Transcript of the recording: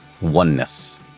Oneness